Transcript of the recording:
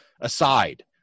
aside